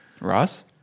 Ross